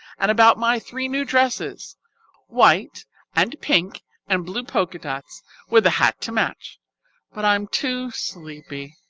and about my three new dresses white and pink and blue polka dots with a hat to match but i am too sleepy.